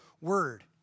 word